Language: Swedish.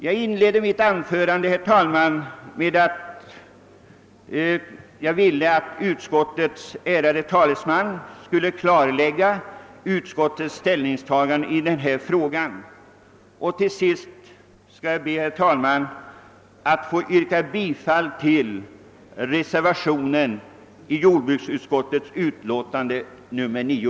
Jag inledde mitt anförande, herr talman, med att uttala en önskan om att utskottets ärade talesman skulle klarlägga utskottets ställningstagande i denna fråga. Till sist, herr talman, ber jag nu att få yrka bifall till reservationen i jordbruksutskottets utlåtande nr 9.